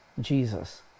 Jesus